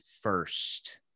first